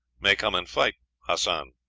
may come and fight hassan.